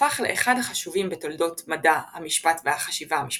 הפך לאחד החשובים בתולדות מדע המשפט והחשיבה המשפטית,